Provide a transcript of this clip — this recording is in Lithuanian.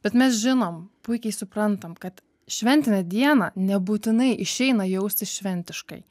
bet mes žinom puikiai suprantam kad šventinę dieną nebūtinai išeina jaustis šventiškai